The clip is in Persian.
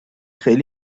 خیلی